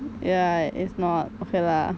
ya it's not okay lah